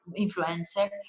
influencer